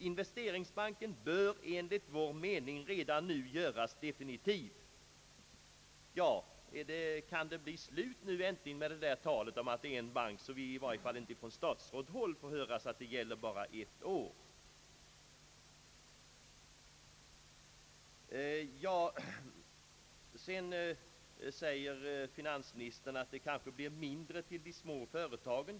Investeringsbanken bör enligt vår mening redan nu göras definitiv.» Kan det nu äntligen bli slut med det där talet, så att vi i varje fall inte från statsrådshåll får höra att vårt förslag bara gäller en bank på ett år. Vidare säger finansministern att det kanske blir mindre till de små företagen.